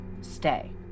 stay